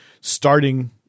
starting